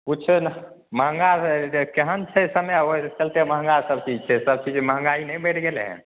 किछु महँगा केहन छै समय ओहि चलते महँगा सब चीज छै सब चीज महँगाइ नहि बढ़ि गेलै हन